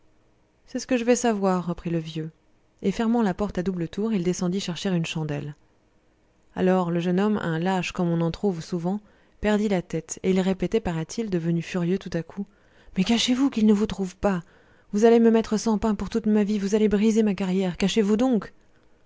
c'est ce que je vais savoir reprit le vieux et fermant la porte à double tour il descendit chercher une chandelle alors le jeune homme un lâche comme on en trouve souvent perdit la tête et il répétait paraît-il devenu furieux tout à coup mais cachez-vous qu'il ne vous trouve pas vous allez me mettre sans pain pour toute ma vie vous allez briser ma carrière cachez-vous donc